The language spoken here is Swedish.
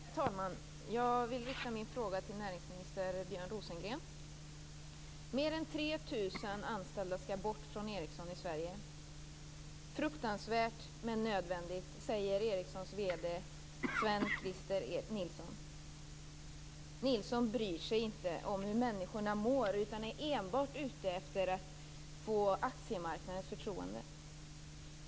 Herr talman! Jag vill rikta min fråga till näringsminister Björn Rosengren. Mer är 3 000 anställda skall bort från Ericsson i Sverige. Fruktansvärt men nödvändigt, säger Ericssons vd Sven-Christer Nilsson. Nilsson bryr sig inte om hur människorna mår utan är enbart ute efter att få aktiemarknadens förtroende.